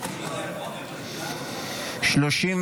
יואב סגלוביץ',